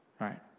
right